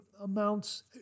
amounts